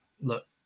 look